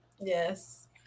Yes